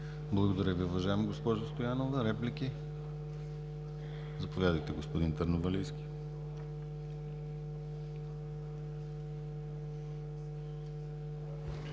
Благодаря Ви, уважаема госпожо Стоянова. Реплики? Заповядайте, господин Търновалийски.